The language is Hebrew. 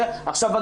גמור.